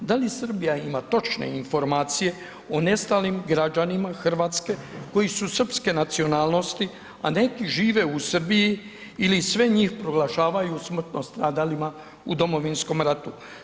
Da li Srbija ima točne informacije o nestalim građanima Hrvatske koji su srpske nacionalnosti, a neki žive u Srbiji ili sve njih proglašavaju smrtno stradalima u Domovinskom ratu.